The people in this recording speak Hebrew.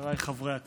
חבריי חברי הכנסת,